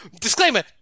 disclaimer